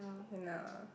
and uh